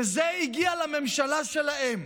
כשזה הגיע לממשלה שלהם,